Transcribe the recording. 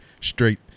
straight